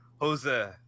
Jose